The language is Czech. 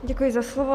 Děkuji za slovo.